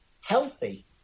healthy